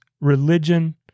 Religion